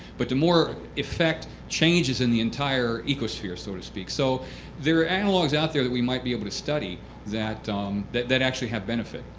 but to more affect changes in the entire eco-sphere, so to speak. so there analogues out there that we might be able to study that um that actually have benefit.